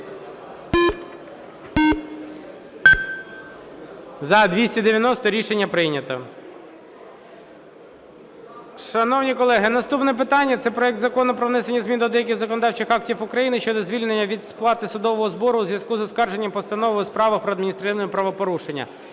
За-215 Рішення прийнято.